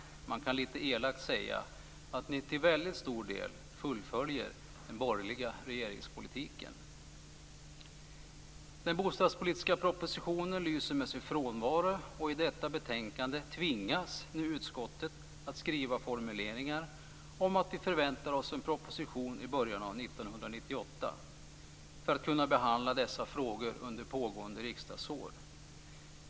Man kan litet elakt säga att ni till väldigt stor del fullföljer den borgerliga regeringspolitiken. Den bostadspolitiska propositionen lyser med sin frånvaro. I detta betänkande tvingas nu utskottet att skriva formuleringar om att vi förväntar oss en proposition i början av 1998 för att kunna behandla dessa frågor under pågående riksdagsår.